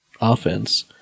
offense